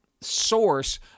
source